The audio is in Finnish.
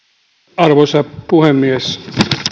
arvoisa puhemies